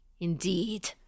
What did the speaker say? Indeed